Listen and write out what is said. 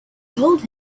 told